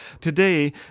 Today